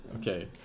Okay